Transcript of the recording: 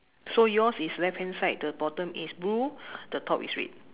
so yours is left hand side the bottom is blue the top is red